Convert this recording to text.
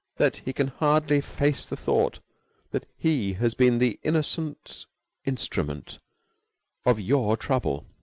that he can hardly face the thought that he has been the innocent instrument of your trouble.